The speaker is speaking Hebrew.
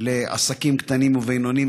לעסקים קטנים ובינוניים.